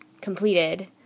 completed